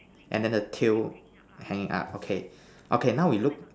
and then the tail hanging up okay okay now we look